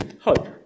hope